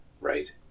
right